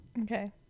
Okay